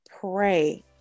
pray